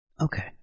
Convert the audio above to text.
Okay